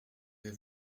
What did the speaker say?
vais